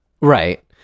Right